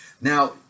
Now